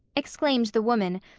exclaimed the woman,